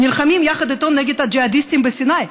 נלחמים יחד איתו נגד הג'יהאדיסטים בסיני,